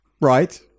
Right